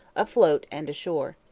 afloat and ashore.